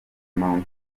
mount